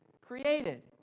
created